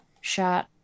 shot